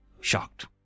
shocked